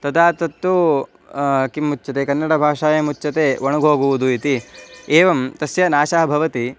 तदा तत्तु किम् उच्यते कन्नडभाषायाम् उच्यते वणगोगुवुदु इति एवं तस्य नाशः भवति